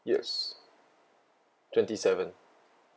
yes twenty seven